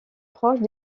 proches